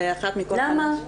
ואחת מכל --- למה?